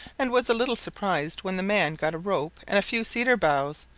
and was a little surprised when the man got a rope and a few cedar boughs,